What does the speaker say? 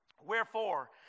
Wherefore